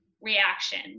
reaction